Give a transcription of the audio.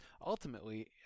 ultimately